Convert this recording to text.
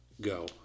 go